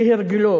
כהרגלו,